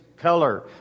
color